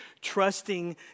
Trusting